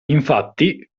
infatti